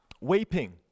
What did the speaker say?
weeping